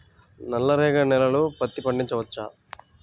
నల్ల రేగడి నేలలో పత్తి పండించవచ్చా?